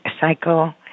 cycle